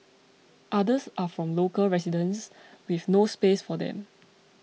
others are from local residents with no space for them